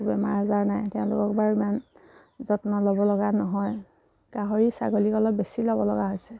বেমাৰ আজাৰ নাই তেওঁলোকক বাৰু ইমান যত্ন ল'ব লগা নহয় গাহৰি ছাগলীক অলপ বেছি ল'ব লগা হৈছে